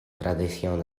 tradición